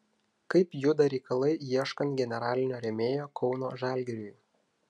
kaip juda reikalai ieškant generalinio rėmėjo kauno žalgiriui